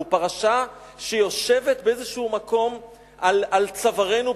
והוא פרשה שיושבת באיזשהו מקום על צווארנו,